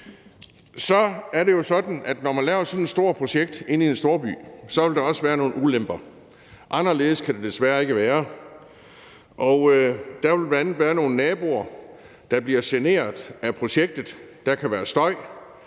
Så er det jo sådan, at når man laver sådan et stort projekt inde i en storby, vil der også være nogle ulemper. Anderledes kan det desværre ikke være. Der vil bl.a. være nogle naboer, der bliver generet af projektet. Der kan være støj,